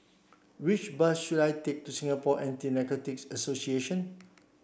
which bus should I take to Singapore Anti Narcotics Association